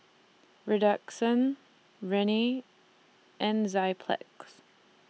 Redoxon Rene and Enzyplex